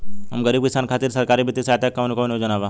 हम गरीब किसान खातिर सरकारी बितिय सहायता के कवन कवन योजना बा?